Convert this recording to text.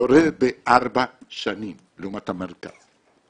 יורדת בארבע שנים לעומת המרכז.